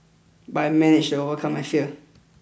but I managed to overcome my fear